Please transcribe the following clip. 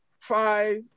Five